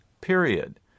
period